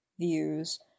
views